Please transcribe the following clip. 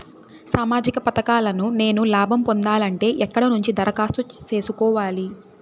సామాజిక పథకాలను నేను లాభం పొందాలంటే ఎక్కడ నుంచి దరఖాస్తు సేసుకోవాలి?